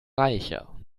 reicher